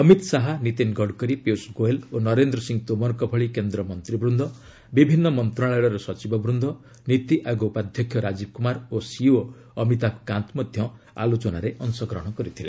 ଅମିତ ଶାହା ନୀତିନ ଗଡ଼କରୀ ପିୟୁଷ ଗୋୟଲ ଓ ନରେନ୍ଦ୍ର ସିଂହ ତୋମରଙ୍କ ଭଳି କେନ୍ଦ୍ର ମନ୍ତ୍ରୀବୃନ୍ଦ ବିଭିନ୍ନ ମନ୍ତ୍ରଣାଳୟର ସଚିବ ବୃନ୍ଦ ନିତୀ ଆୟୋଗ ଉପାଧ୍ୟକ୍ଷ ରାଜୀବ କୁମାର ଓ ସିଇଓ ଅମିତାଭ କାନ୍ତ ମଧ୍ୟ ଆଲୋଚନାରେ ଅଂଶଗ୍ରହଣ କରିଥିଲେ